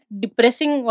depressing